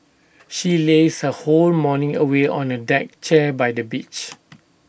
she lazed her whole morning away on A deck chair by the beach